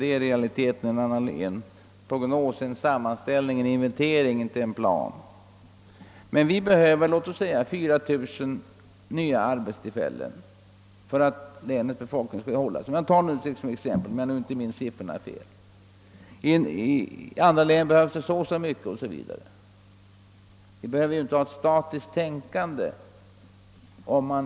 Den är i realiteten närmast en sammanställning och en inventering av förutsättningar och behov. Enligt den planen behöver vi 4 000 nya arbetstillfällen för att tillgodose behoven hos länets befolkning — om siffrorna är riktiga — och i andra län behöver man så och så många. Men vad vi behöver är inte ett statiskt tänkande i sådana fall.